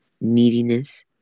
neediness